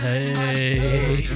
Hey